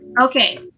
Okay